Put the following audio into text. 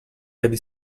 heavy